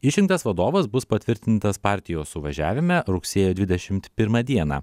išrinktas vadovas bus patvirtintas partijos suvažiavime rugsėjo dvidešimt pirmą dieną